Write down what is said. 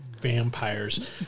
vampires